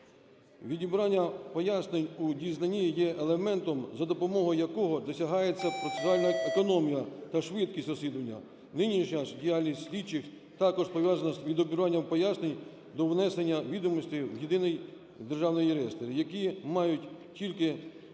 Відібрання пояснень у дізнанні є елементом, за допомогою якого досягається процесуальна економія та швидкість розслідування. Нинішня діяльність слідчих також пов'язання з відібранням пояснень до внесення відомостей в Єдиний державний реєстр, які мають тільки орієнтуючий